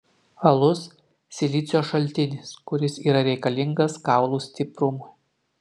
alus silicio šaltinis kuris yra reikalingas kaulų stiprumui